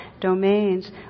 domains